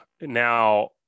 Now